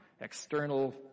external